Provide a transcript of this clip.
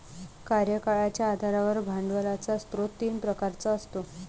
कार्यकाळाच्या आधारावर भांडवलाचा स्रोत तीन प्रकारचा असतो